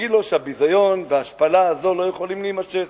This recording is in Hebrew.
להגיד לו שהביזיון וההשפלה הזאת לא יכולים להימשך.